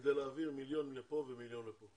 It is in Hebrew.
כדי להעביר מיליון לפה ומיליון לפה